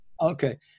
Okay